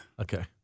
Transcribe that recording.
Okay